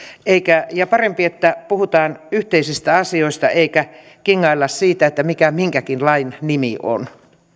ja on parempi että puhutaan yhteisistä asioista eikä kinailla siitä mikä minkäkin lain nimi on